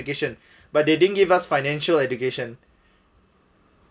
education but they didn't give us financial education